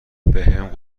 بهم